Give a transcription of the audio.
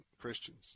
Christians